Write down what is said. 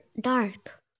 dark